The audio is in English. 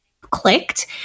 clicked